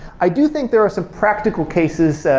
i do think there are some practical cases,